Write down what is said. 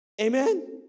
Amen